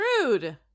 Rude